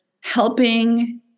helping